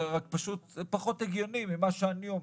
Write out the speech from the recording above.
רק פשוט זה פחות הגיוני ממה שאני אומר.